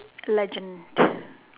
legend